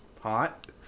hot